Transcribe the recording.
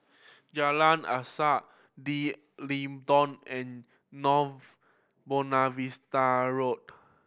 Jalan Asas D'Leedon and North Buona Vista Road